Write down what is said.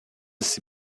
s’y